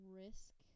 risk